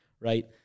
right